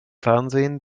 fernsehen